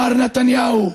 מר נתניהו,